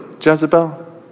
Jezebel